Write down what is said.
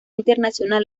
internacional